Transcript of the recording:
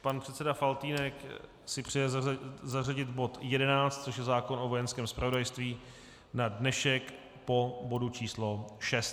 Pan předseda Faltýnek si přeje zařadit bod 11, což je zákon o Vojenském zpravodajství, na dnešek po bodu číslo 6.